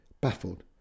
baffled